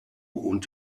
und